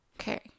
Okay